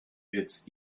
its